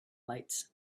lights